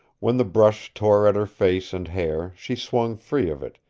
when the brush tore at her face and hair she swung free of it,